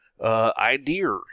idea